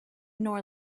nor